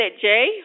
Jay